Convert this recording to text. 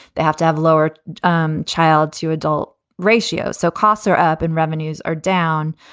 they have to have lower um child to adult ratio. so costs are up and revenues are down.